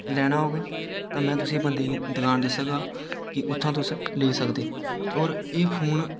लैना होग तां में तुसेंगी बंदे गी दकान दस्सगा कि उत्थैं तुस लेई सकदे होर एह् फोन